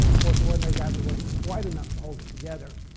force of ordinary gravity wasn't quite enough to hold it together,